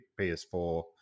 PS4